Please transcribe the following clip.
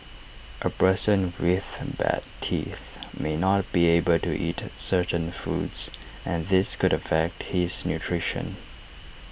A person with bad teeth may not be able to eat certain foods and this could affect his nutrition